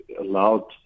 allowed